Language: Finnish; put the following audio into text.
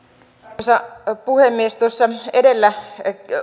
arvoisa puhemies tuossa edellä